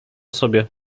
sobie